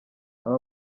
aba